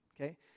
okay